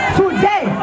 today